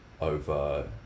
over